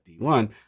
D1